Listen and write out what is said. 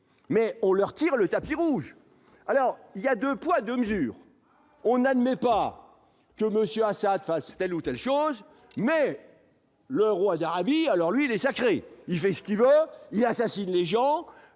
mais on leur tire le tapis rouge, alors il y a 2 poids, 2 mesures, on n'admet pas que Monsieur Assad trash si telle ou telle chose, mais le roi d'Arabie, alors lui il est sacré, il fait ce qu'il veut, il assassine les gens